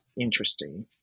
interesting